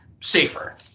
safer